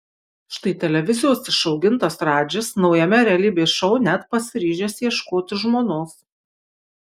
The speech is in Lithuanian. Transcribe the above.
štai televizijos išaugintas radžis naujame realybės šou net pasiryžęs ieškoti žmonos